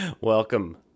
Welcome